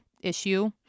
issue